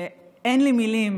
שאין לי מילים